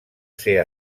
ser